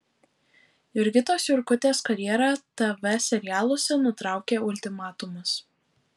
jurgitos jurkutės karjerą tv serialuose nutraukė ultimatumas